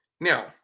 Now